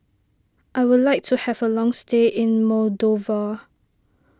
I would like to have a long stay in Moldova